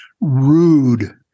rude